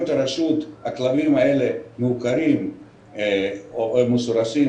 הרשות הכלבים הללו מעוקרים או מסורסים,